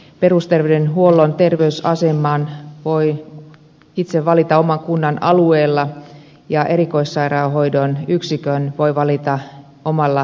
perusterveydenhuollon terveysaseman voi itse valita oman kunnan alueella ja erikoissairaanhoidon yksikön voi valita omalla erityisvastuualueella